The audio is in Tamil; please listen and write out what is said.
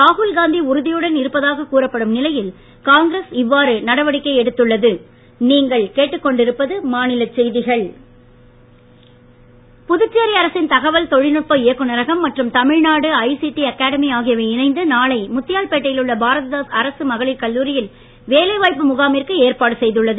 ராகுல்காந்தி உறுதியுடன் இருப்பதாக கூறப்படும் நிலையில் காங்கிரஸ் இவ்வாறு நடவடிக்கை எடுத்துள்ளது புதுச்சேரி அரசின் தகவல் தொழில்நுட்ப இயக்குநரகம் மற்றும் தமிழ்நாடு ஐசிடி அகாடெமி ஆகியவை இணைந்து நாளை முத்தியால்பேட்டையிலுள்ள பாரதிதாசன் அரசு மகளிர் கல்லூரியில் வேலை வாய்ப்பு முகாமிற்கு ஏற்பாடு செய்துள்ளது